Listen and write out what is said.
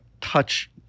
touch